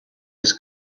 was